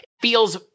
feels